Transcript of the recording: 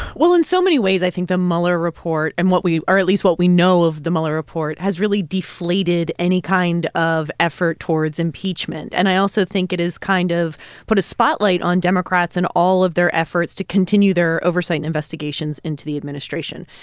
well, in so many ways i think the mueller report and what we or at least what we know of the mueller report has really deflated deflated any kind of effort towards impeachment. and i also think it has kind of put a spotlight on democrats and all of their efforts to continue their oversight investigations into the administration.